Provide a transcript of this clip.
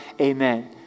amen